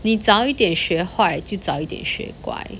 你早一点学坏就早一点学乖